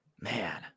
man